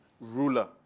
Ruler